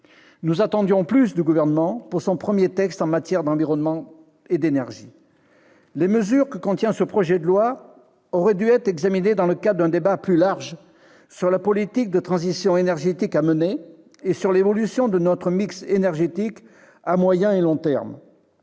Nous attendions plus du Gouvernement pour son premier texte en matière d'environnement et d'énergie ! Les mesures que contient ce projet de loi auraient dû être examinées dans le cadre d'un débat plus large sur la politique de transition énergétique à mener et sur l'évolution de notre mix énergétique à moyen et long terme.